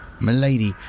Milady